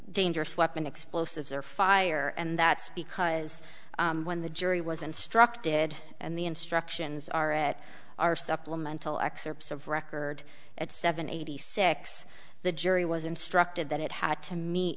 dangerous weapon explosives are fire and that's because when the jury was instructed and the instructions are at our supplemental excerpts of record at seven eighty six the jury was instructed that it had to me